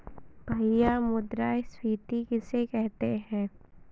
भैया मुद्रा स्फ़ीति किसे कहते हैं?